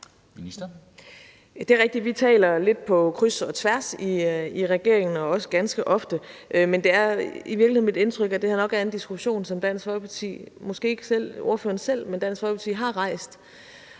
Det er rigtigt, at vi taler lidt på kryds og tværs i regeringen, også ganske ofte, men det er i virkeligheden mit indtryk, at det her nok er en diskussion, som Dansk Folkeparti – måske ikke ordføreren selv – har rejst